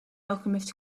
alchemist